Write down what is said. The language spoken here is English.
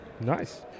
Nice